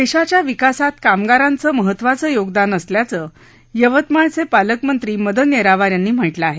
देशाच्या विकासात कामगारांचं महत्वाचं योगदान असल्याचं यवतमाळचे पालकमंत्री मदन येरावार यांनी म्हटलं आहे